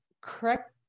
correct